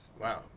Wow